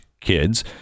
kids